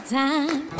time